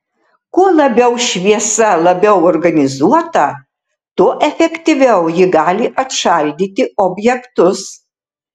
kuo labiau šviesa labiau organizuota tuo efektyviau ji gali atšaldyti objektus